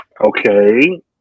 Okay